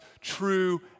true